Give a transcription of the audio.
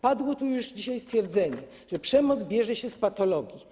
Padło tu dzisiaj stwierdzenie, że przemoc bierze się z patologii.